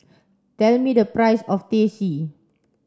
tell me the price of Teh C